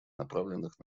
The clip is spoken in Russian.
направленных